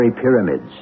pyramids